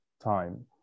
time